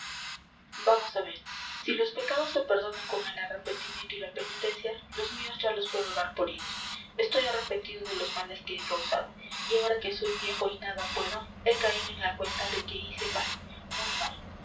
vamos a ver si los pecados se perdonan con el arrepentimiento y la penitencia los míos ya los puedo dar por idos estoy arrepentido de los males que he causado y ahora que soy viejo y nada puedo he caído en la cuenta de que hice mal muy mal